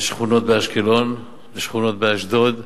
בשכונות באשקלון, בשכונות באשדוד,